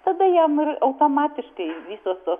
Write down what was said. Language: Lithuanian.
tada jam ir automatiškai visos tos